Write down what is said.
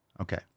Okay